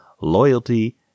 loyalty